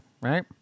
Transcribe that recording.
Right